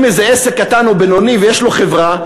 איזה עסק קטן או בינוני ויש לו חברה,